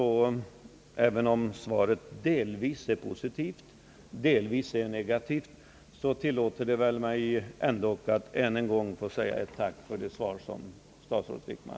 Även om svaret delvis är positivt och delvis negativt, tillåter jag mig att än en gång rikta ett tack till statsrådet Wickman.